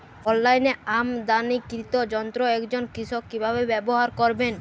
অনলাইনে আমদানীকৃত যন্ত্র একজন কৃষক কিভাবে ব্যবহার করবেন?